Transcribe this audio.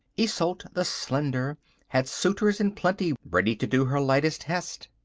isolde the slender had suitors in plenty ready to do her lightest hest.